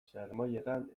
sermoietan